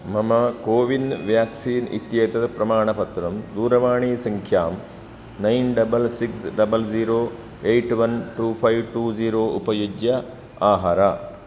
मम कोविन् व्याक्सीन् इत्येतत् प्रमाणपत्रं दूरवाणीसङ्ख्यां nine double six double zero eight one two five two zero उपयुज्य आहर